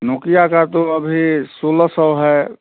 Nokia का तो अभी सोलह सौ है